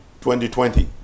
2020